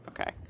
Okay